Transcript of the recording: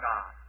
God